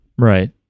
Right